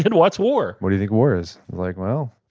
and what's war? what do you think war is? like well,